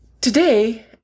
today